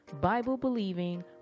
Bible-believing